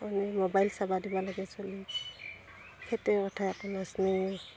এনেই মোবাইল চাবা দিব লাগে চলি খেতিৰ কথা একো নাজনেই